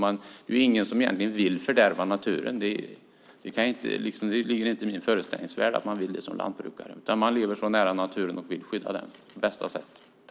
Det är ingen som vill fördärva naturen - det finns inte i min föreställningsvärld att lantbrukarna vill göra det. De lever nära naturen och vill skydda den på bästa sätt.